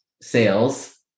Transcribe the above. sales